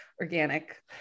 organic